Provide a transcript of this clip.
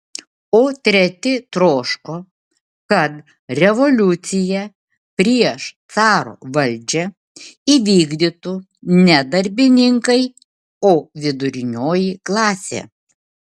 o treti troško kad revoliuciją prieš caro valdžią įvykdytų ne darbininkai o vidurinioji klasė